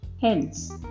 Hence